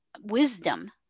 wisdom